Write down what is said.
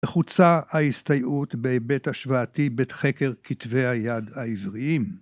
‫נחוצה ההסתייעות בהיבט השוואתי ‫בחקר כתבי היד העבריים.